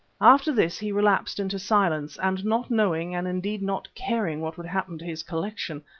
after this he relapsed into silence, and not knowing and indeed not caring what would happen to his collection,